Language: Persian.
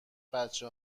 بچه